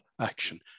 action